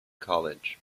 college